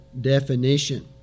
definition